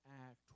act